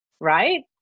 right